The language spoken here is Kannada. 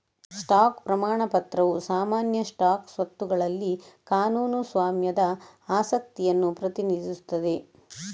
ಸ್ಟಾಕ್ ಪ್ರಮಾಣ ಪತ್ರವು ಸಾಮಾನ್ಯ ಸ್ಟಾಕ್ ಸ್ವತ್ತುಗಳಲ್ಲಿ ಕಾನೂನು ಸ್ವಾಮ್ಯದ ಆಸಕ್ತಿಯನ್ನು ಪ್ರತಿನಿಧಿಸುತ್ತದೆ